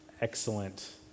excellent